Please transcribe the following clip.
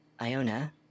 Iona